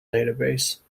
database